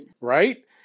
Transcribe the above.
right